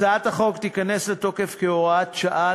הצעת החוק תיכנס לתוקף כהוראת שעה